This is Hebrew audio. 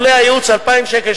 הייעוץ עולה 2,000 שקל,